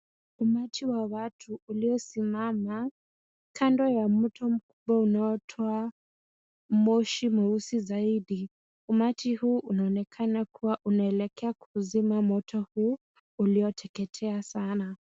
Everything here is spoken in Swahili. umati wa watu uliosimama kando ya mto unaotoa moshi mweusi zaidi. Umati huu unaonekana kuwa unaelekea kuzima moto huu ulioteketea sana.